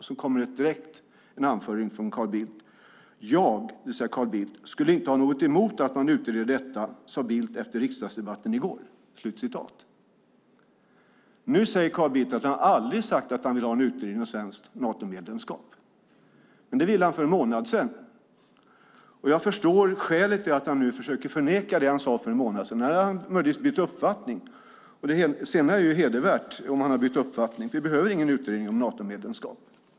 Sedan kommer en direkt anföring från Carl Bildt: Jag skulle inte ha något emot att man utreder detta, sade Bildt efter riksdagsdebatten i går. Nu säger Carl Bildt att han aldrig sagt att han vill ha en utredning om svenskt Natomedlemskap, men det ville han för en månad sedan. Jag förstår skälet till att han nu försöker förneka det han sade för en månad sedan. Här har han möjligtvis bytt uppfattning, och har han bytt uppfattning är det hedervärt. Vi behöver ingen utredning om Natomedlemskap.